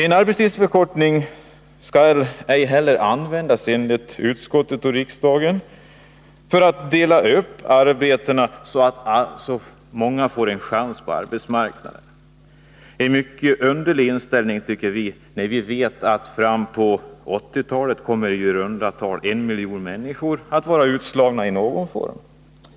En arbetstidsförkortning skall ej heller, enligt utskottet och riksdagen, användas för att dela upp arbetena så att många får en chans på arbetsmarknaden. Det är en mycket underlig inställning, tycker vi, när vi vet att i runda tal en miljon människor fram på 1980-talet kommer att vara utslagna i någon form.